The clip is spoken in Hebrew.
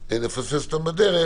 נפספס אותם בדרך.